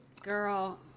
Girl